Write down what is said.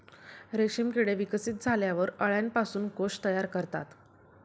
रेशीम किडे विकसित झाल्यावर अळ्यांपासून कोश तयार करतात